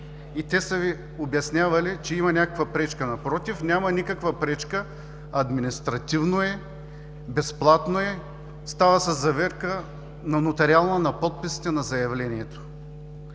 и те са Ви обяснявали, че има някаква пречка. Напротив, няма никаква пречка – административно е, безплатно е, става с нотариална заверка на подписите на заявлението.